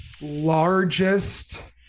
largest